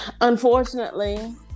unfortunately